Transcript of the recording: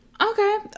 Okay